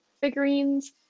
figurines